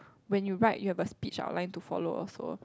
when you write you have a speech outline to follow also